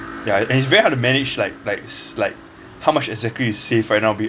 ya and is very hard to manage like like like how much exactly you save right now be~